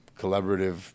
collaborative